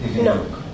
No